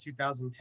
2010